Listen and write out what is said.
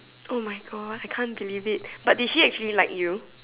oh my God I can't believe it but did she actually like you